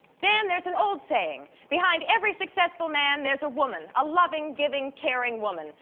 dan, there's an old saying, behind every successful man there's a woman, a loving, giving, caring woman.